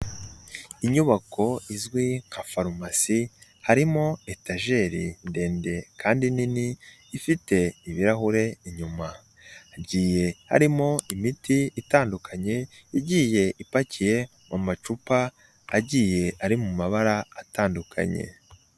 Inyubako izwi nka farumasi harimo etageri ndende kandi nini ifite ibirahure inyuma, hagiye harimo imiti itandukanye igiye ipakiye mu macupa agiye ari mu mabara atandukanye.